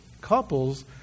couples